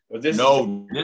No